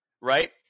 Right